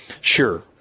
Sure